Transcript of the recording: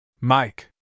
Mike